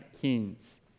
Kings